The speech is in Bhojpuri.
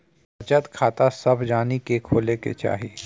बचत खाता सभ जानी के खोले के चाही